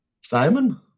Simon